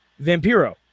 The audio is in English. Vampiro